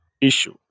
issue